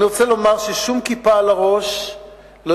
אני רוצה לומר ששום כיפה על הראש לא